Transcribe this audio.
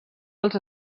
dels